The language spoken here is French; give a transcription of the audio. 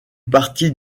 partie